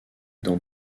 dans